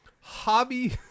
hobby